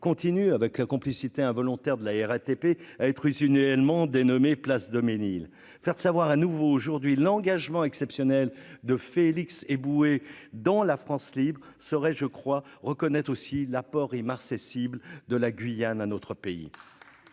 continue, avec la complicité involontaire de la RATP à être usine réellement dénommée place Daumesnil, faire savoir à nouveau aujourd'hui l'engagement exceptionnel de Félix Eboué dans la France libre serait je crois reconnaître aussi l'apport immarcescible de la Guyane à notre pays,